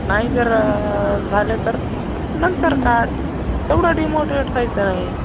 नाही जर झालं तर नंतर काढ एवढं डिमोटिवेट व्हायचं नाही